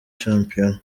shampiyona